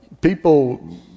people